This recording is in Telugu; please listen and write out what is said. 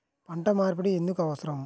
పంట మార్పిడి ఎందుకు అవసరం?